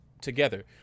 together